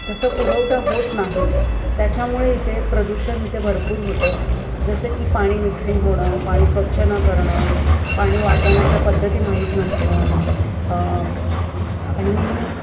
तसं पुरवठा होत नाही त्याच्यामुळे इथे प्रदूषण इथे भरपूर होतं जसं की पाणी मिक्सिंग होणं पाणी स्वच्छ न करणं पाणी वापरण्याच्या पद्धती माहिती नसणं आणि